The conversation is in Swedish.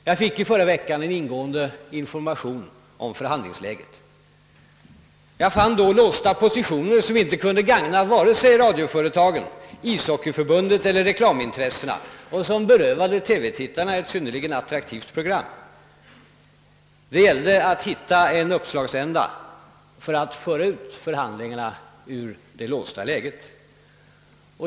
Jag fick i förra veckan en ingående information om förhandlingsläget. Jag fann då låsta positioner som inte kunde gagna vare sig radioföretaget, ishockeyförbundet eller reklamintressena och som berövade TV-tittarna ett synnerligen attraktivt program. Det gällde att hitta en uppslagsände för att föra ut förhandlingarna ur det låsta läget.